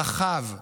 רחב.